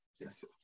Yes